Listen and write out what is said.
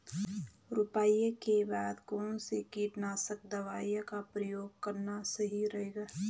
रुपाई के बाद कौन सी कीटनाशक दवाई का प्रयोग करना सही रहेगा?